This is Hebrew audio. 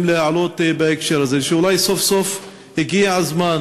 להעלות בהקשר הזה היא שאולי סוף-סוף הגיע הזמן,